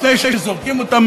לפני שזורקים אותם,